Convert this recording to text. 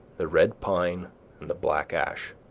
the red pine and the black ash,